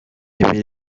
ibi